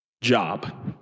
job